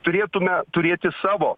turėtume turėti savo